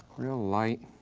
real light,